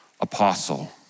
apostle